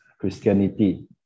Christianity